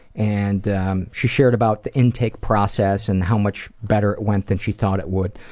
and um she shared about the intake process and how much better it went than she thought it would.